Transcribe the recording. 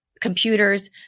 computers